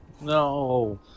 No